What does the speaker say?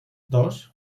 dos